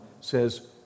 says